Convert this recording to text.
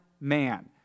man